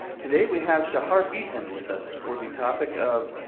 today we have shahar bitton with us for the topic of,